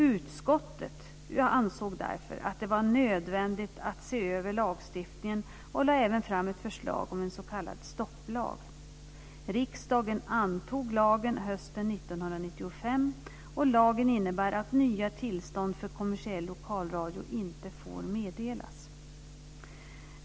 Utskottet ansåg därför att det var nödvändigt att se över lagstiftningen och lade även fram ett förslag om en s.k. stopplag. Riksdagen antog lagen hösten 1995. Lagen innebär att nya tillstånd för kommersiell lokalradio inte får meddelas.